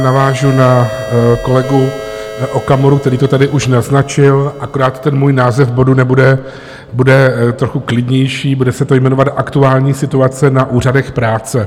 Navážu na kolegu Okamuru, který to tady už naznačil, akorát ten můj název bodu bude trochu klidnější, bude se to jmenovat Aktuální situace na úřadech práce.